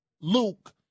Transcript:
Luke